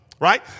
Right